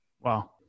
Wow